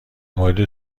مورد